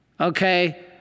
Okay